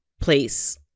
place